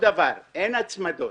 אין הצמדות.